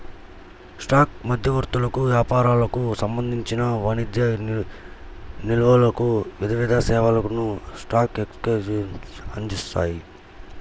stock మధ్యవర్తులకు, వ్యాపారులకు సంబంధించిన వాణిజ్య నిల్వలకు వివిధ సేవలను స్టాక్ ఎక్స్చేంజ్లు అందిస్తాయి